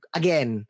again